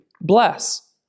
bless